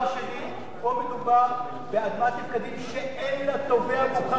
פה מדובר באדמת נפקדים שאין לה תובע מוכח בבית-המשפט,